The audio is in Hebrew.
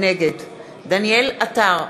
נגד דניאל עטר,